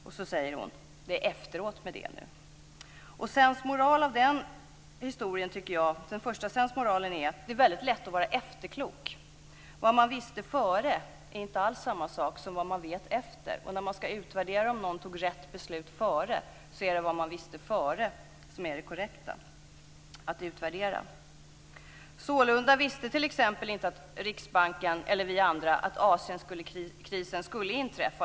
Och så säger hon: Det är efteråt med det nu. Sensmoral ett i denna historia tycker jag är att det är väldigt lätt att vara efterklok. Vad man visste före är inte alls samma sak som vad man vet efter. Och när man skall utvärdera om någon fattade rätt beslut före, är det vad man visste före som är det korrekta att utvärdera. Sålunda visste t.ex. inte Riksbanken eller vi andra att Asienkrisen skulle inträffa.